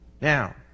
Now